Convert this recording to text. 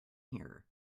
here